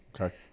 Okay